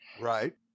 Right